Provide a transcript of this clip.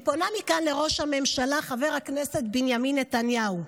אני פונה מכאן לראש הממשלה חבר הכנסת בנימין נתניהו: